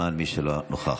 למען מי שלא היה נוכח.